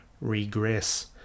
regress